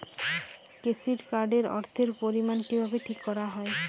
Credit card এর অর্থের পরিমান কিভাবে ঠিক করা হয়?